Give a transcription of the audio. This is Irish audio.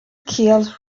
ciall